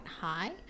high